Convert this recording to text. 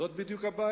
זאת בדיוק הבעיה.